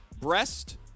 breast